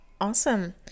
awesome